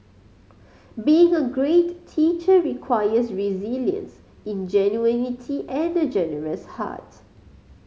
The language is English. being a great teacher requires resilience ingenuity and a generous heart